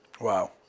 Wow